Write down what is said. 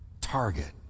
target